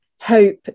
hope